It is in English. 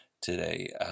today